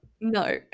No